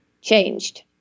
changed